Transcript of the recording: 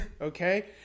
okay